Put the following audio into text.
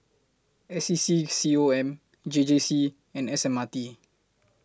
S E C C O M J J C and S M R T